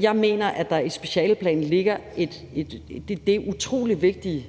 Jeg mener, at der er i specialplanen ligger det utrolig vigtige